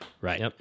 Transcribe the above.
Right